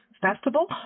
festival